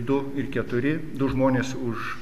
du ir keturi du žmonės už